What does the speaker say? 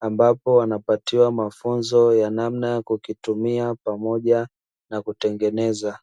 ambapo wanapatiwa mafunzo ya namna ya kukitumia pamoja na kutengeneza.